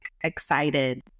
excited